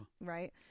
Right